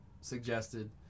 suggested